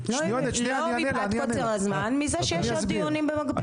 לא מפאת קוצר הזמן; מפאת זה שיש עוד דיונים במקביל.